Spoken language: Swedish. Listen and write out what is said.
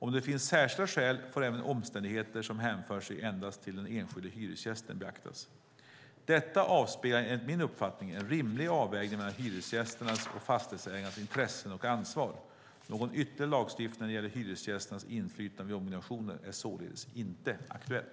Om det finns särskilda skäl får även omständigheter som hänför sig endast till den enskilde hyresgästen beaktas. Detta avspeglar enligt min uppfattning en rimlig avvägning mellan hyresgästernas och fastighetsägarens intressen och ansvar. Någon ytterligare lagstiftning när det gäller hyresgästers inflytande vid ombyggnationer är således inte aktuell.